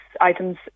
items